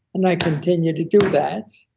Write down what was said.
and i continue to do that,